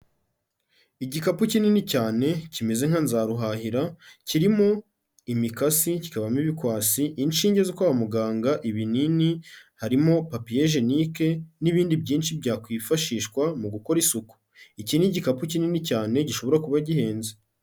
Igikapu kinini cyane kimeze nka nzaruhahira kirimo imikasi, kikabamo ibikwasi, inshinge zo kwa muganga, ibinini, harimo papiyejenike n'ibindi byinshi byakwifashishwa mu gukora isuku, iki ni igikapu kinini cyane gishobora kuba gihenze.